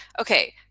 okay